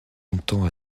longtemps